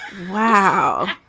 wow.